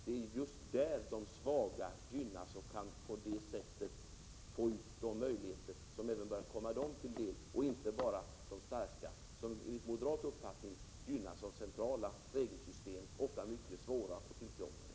Det är just där de svaga gynnas och kan få ut de möjligheter som även bör komma dem till del, inte bara de starka som enligt moderat uppfattning gynnas av centrala regler, ofta mycket svåra och tillkrånglade.